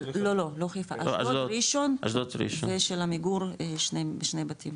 לא, לא חיפה, אשדוד, ראשון ושל עמיגור שני בתים.